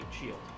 shield